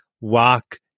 walk